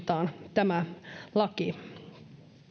tämä laki aiheuttaa